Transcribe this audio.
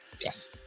Yes